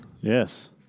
Yes